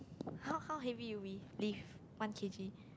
how how heavy you we~ lift one K_G